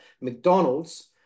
mcdonald's